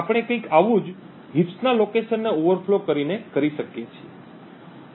આપણે કંઈક આવું જ હીપ્સ ના લોકેશનને ઓવરફ્લો કરીને કરી શકીએ છીએ